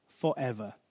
forever